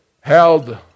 held